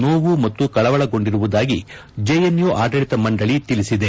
ನೋವು ಮತ್ತು ಕಳವಳಗೊಂಡಿರುವುದಾಗಿ ಜೆಎನ್ಯು ಆಡಳಿತ ಮಂಡಳಿ ತಿಳಿಸಿದೆ